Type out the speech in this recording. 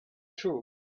true